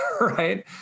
right